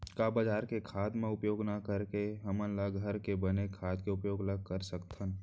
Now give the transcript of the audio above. का बजार के खाद ला उपयोग न करके हमन ल घर के बने खाद के उपयोग ल कर सकथन?